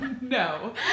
No